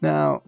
Now